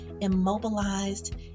immobilized